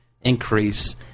increase